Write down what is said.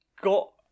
got